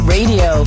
Radio